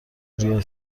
بیای